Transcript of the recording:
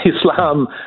Islam